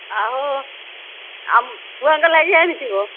ଆଉ ଛୁଆଙ୍କ ଲାଗି ଆଣିଥିବ